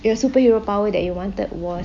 your superhero power that you wanted was